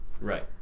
Right